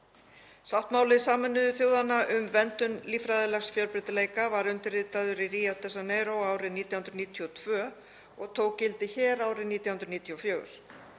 Sáttmáli Sameinuðu þjóðanna um verndun líffræðilegs fjölbreytileika var undirritaður í Rio de Janeiro árið 1992 og tók gildi hér árið 1994.